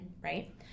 right